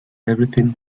everything